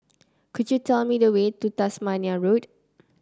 could you tell me the way to Tasmania Road